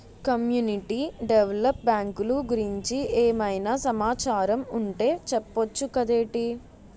community develop బ్యాంకులు గురించి ఏమైనా సమాచారం ఉంటె చెప్పొచ్చు కదేటి